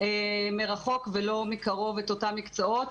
מרחוק ולא מקרוב את אותם מקצועות.